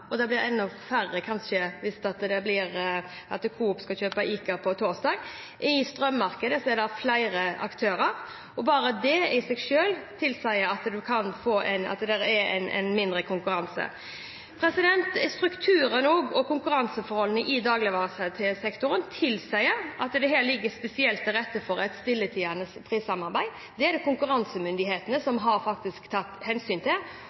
– det blir kanskje enda færre hvis Coop skal kjøpe ICA på torsdag – i strømmarkedet er det flere aktører. Bare det i seg selv tilsier at det er mindre konkurranse. Også strukturen og konkurranseforholdene i dagligvaresektoren tilsier at det her ligger spesielt til rette for et stilltiende prissamarbeid. Det har konkurransemyndighetene faktisk tatt hensyn til.